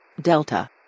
Delta